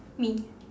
me